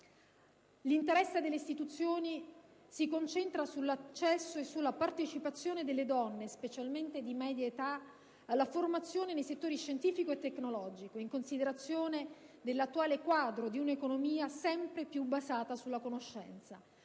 L'interesse delle istituzioni si concentra sull'accesso e sulla partecipazione delle donne, specialmente di media età, alla formazione nei settori scientifico e tecnologico, in considerazione dell'attuale quadro di un'economia sempre più basata sulla conoscenza.